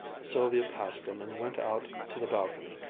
sylvia passed him and went out to the balcony.